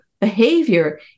behavior